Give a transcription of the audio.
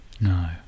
No